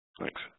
Thanks